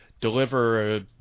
deliver